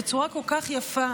בצורה כל כך יפה,